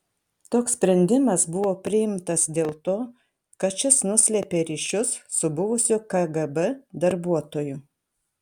toks sprendimas buvo priimtas dėl to kad šis nuslėpė ryšius su buvusiu kgb darbuotoju